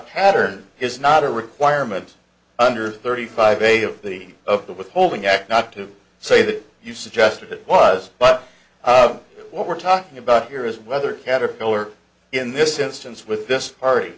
pattern is not a requirement under thirty five a of the of the withholding act not to say that you suggested it was but what we're talking about here is whether caterpillar in this instance with this party